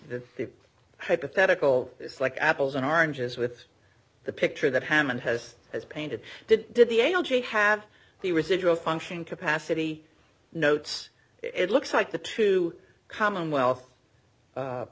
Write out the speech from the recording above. the hypothetical is like apples and oranges with the picture that hammond has as painted did did the algae have the residual function capacity notes it looks like the two commonwealth